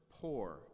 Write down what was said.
Poor